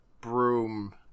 Broom